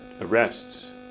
arrests